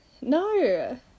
No